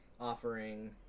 offering